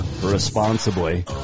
responsibly